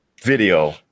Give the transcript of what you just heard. video